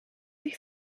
sich